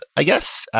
i guess.